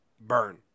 burn